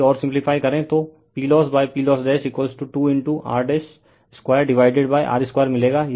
यदि ओर सिम्प्लीफाई करें तो PLossPLoss2 r 2 डिवाइडेड r2 मिलेगा